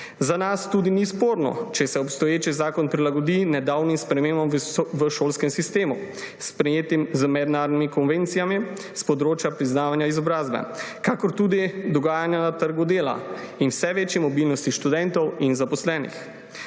Za nas tudi ni sporno, če se obstoječi zakon prilagodi nedavnim spremembam v šolskem sistemu, sprejetim z mednarodnimi konvencijami s področja priznavanja izobrazbe, kakor tudi dogajanju na trgu dela in vse večji mobilnosti študentov in zaposlenih.